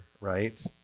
right